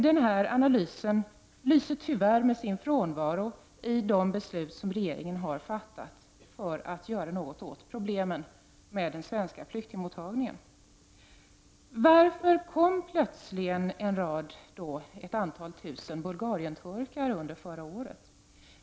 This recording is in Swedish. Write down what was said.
Den här analysen lyser tyvärr med sin frånvaro i de beslut som regeringen har fattat för att göra något åt problemen med den svenska flyktingmottagningen. Varför kom plötsligt några tusen bulgarienturkar under förra året?